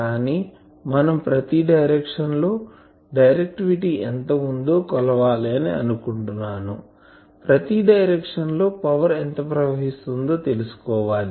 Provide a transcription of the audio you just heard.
కానీ మనం ప్రతి డైరెక్షన్ లో డైరెక్టివిటీ ఎంత ఉందో కొలవాలి అని అనుకుంటున్నాను ప్రతి డైరెక్షన్ లో పవర్ ఎంత ప్రవహిస్తుందో తెలుసుకోవాలి